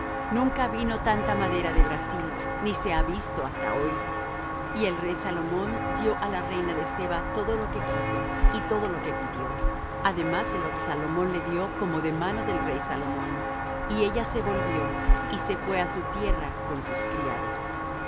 nunca vino tanta madera de brasil ni se ha visto hasta hoy y el rey salomón dió á la reina de seba todo lo que quiso y todo lo que pidió además de lo que salomón le dió como de mano del rey salomón y ella se volvió y se fué á su tierra con sus criados